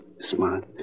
Smart